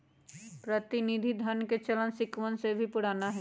प्रतिनिधि धन के चलन सिक्कवन से भी पुराना हई